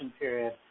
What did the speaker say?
period